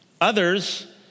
Others